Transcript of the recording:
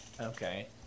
okay